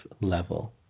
level